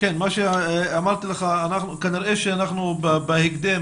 כנראה שאנחנו בהקדם,